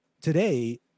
Today